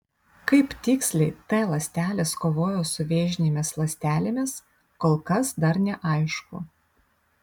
kaip tiksliai t ląstelės kovoja su vėžinėmis ląstelėmis kol kas dar neaišku